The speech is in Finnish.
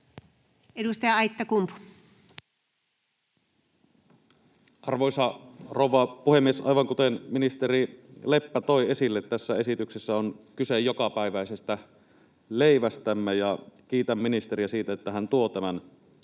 Edustaja Aittakumpu. Arvoisa rouva puhemies! Aivan kuten ministeri Leppä toi esille, tässä esityksessä on kyse jokapäiväisestä leivästämme, ja kiitän ministeriä siitä, että hän tuo tämän